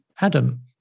Adam